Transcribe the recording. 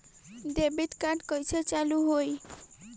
Debit card कइसे चालू होई?